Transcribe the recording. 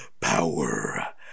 power